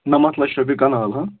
نَمَتھ لَچھ رۄپیہِ کَنال ہاں